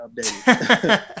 updated